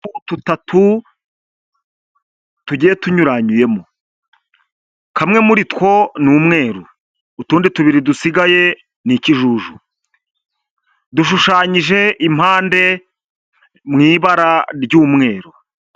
Dutatu tugiye tunyuranyuyemo, kamwe muri two ni umweru, utundi tubiri dusigaye ni ikijuju, dushushanyije impande mu ibara ry'umweru.